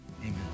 Amen